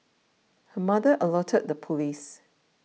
her mother alerted the police